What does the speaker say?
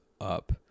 up